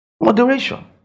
Moderation